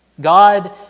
God